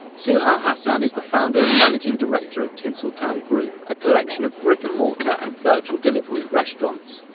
suhail ah hasan is the founder and managing director of tinseltown group, a collection of brick-and-mortar and virtual delivery restaurants.